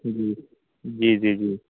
جی جی جی جی